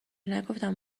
نگفتم